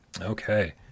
okay